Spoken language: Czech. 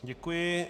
Děkuji.